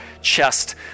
chest